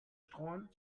streuen